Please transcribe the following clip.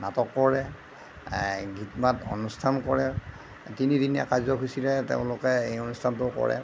নাটক কৰে গীত মাত অনুষ্ঠান কৰে তিনিদিনীয়া কাৰ্যসূচীৰে তেওঁলোকে এই অনুষ্ঠানটো কৰে